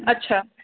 अच्छा